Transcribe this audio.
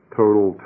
total